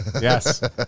yes